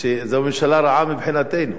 זו ממשלה רעה מבחינתנו,